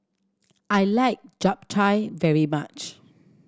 I like Japchae very much